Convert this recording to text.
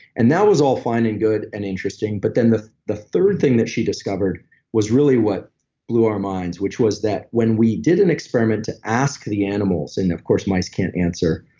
and that was all fine and good, and interesting, but then the the third thing that she discovered was really what blew our minds, which was that when we did an experiment to ask the animals, and of course mice can't answer,